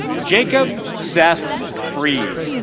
jacob seth freed.